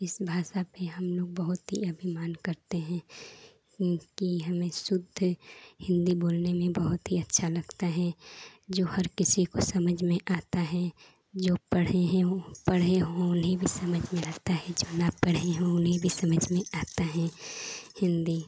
इसी भाषा से हमलोग बहोत ही अभिमान करते हैं क्योंकि हमें शुद्ध हिन्दी बोलने में बहुत ही अच्छा लगता है जो हर किसी को समझ में आती है जो पढ़े हुए हैं पढ़े हों उन्हें भी समझ में आती है जो न पढ़े हों उन्हें भी समझ में आती है हिन्दी